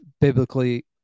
biblically